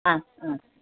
ആ ആ